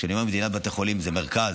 כשאני אומר מדינת תל אביב זה מרכז.